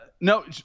no